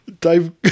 Dave